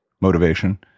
motivation